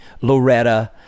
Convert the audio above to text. Loretta